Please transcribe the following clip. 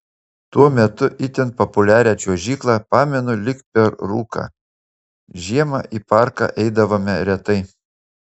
tuo metu itin populiarią čiuožyklą pamenu lyg per rūką žiemą į parką eidavome retai